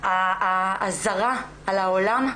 הזרה על העולם,